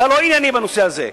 אתה לא ענייני בנושא הזה.